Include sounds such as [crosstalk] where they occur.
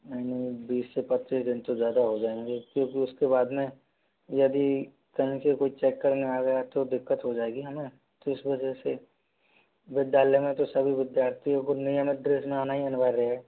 नहीं नहीं बीस से पच्चीस दिन तो ज़्यादा हो जाएँगे क्योंकि उसके बाद में यदि [unintelligible] कोई चेक करने आ गया तो दिक्कत हो जाएगी हमें तो इस वजह से विद्यालय में तो सभी विद्यार्थियों को नियमित ड्रेस में आना ही अनिवार्य है